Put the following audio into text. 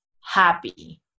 happy